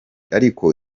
ariko